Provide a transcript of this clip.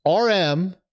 RM